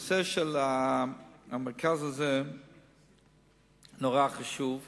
הנושא של המרכז הזה נורא חשוב,